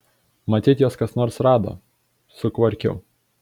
matyt juos kas nors rado sukvarkiau